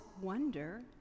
wonder